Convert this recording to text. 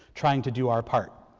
trying to do our part.